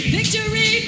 Victory